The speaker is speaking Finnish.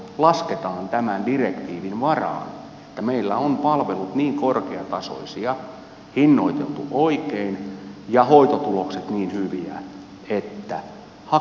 lasketaan tämän direktiivin varaan että meillä on palvelut niin korkeatasoisia hinnoiteltu oikein ja hoitotulokset niin hyviä että hakeudutaan suomeen hoitoon